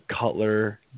Cutler